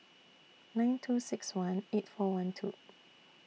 nine two six one eight four one two